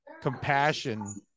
compassion